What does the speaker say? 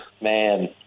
Man